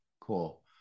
Cool